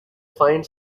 find